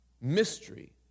Mystery